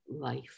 life